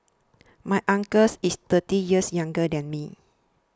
my uncle's is thirty years younger than me